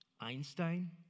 Einstein